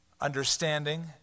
understanding